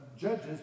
Judges